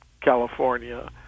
California